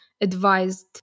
advised